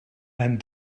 and